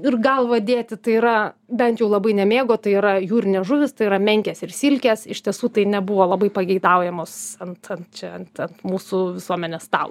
ir galvą dėti tai yra bent jau labai nemėgo tai yra jūrinės žuvys tai yra menkės ir silkės iš tiesų tai nebuvo labai pageidaujamos ant ant čia ant ant mūsų visuomenės stalo